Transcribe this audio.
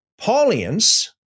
Paulians